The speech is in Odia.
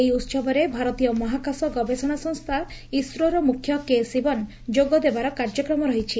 ଏହି ଉହବରେ ଭାରତୀୟ ମହାକାଶ ଗବେଷଣା ସଂସ୍ଗା ଇସ୍ରୋର ମୁଖ୍ୟ କେ ଶିବନ ଯୋଗଦେବାର କାର୍ଯ୍ୟକ୍ରମ ରହିଛି